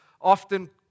often